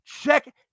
check